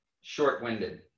short-winded